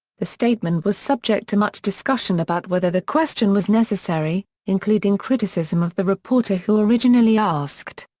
the statement was subject to much discussion about whether the question was necessary, including criticism of the reporter who originally asked.